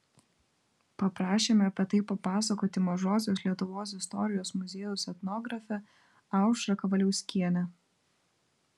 paprašėme apie tai papasakoti mažosios lietuvos istorijos muziejaus etnografę aušrą kavaliauskienę